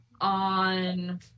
on